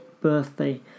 birthday